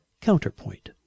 Counterpoint